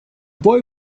boy